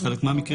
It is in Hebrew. זה חלק מהמקרים.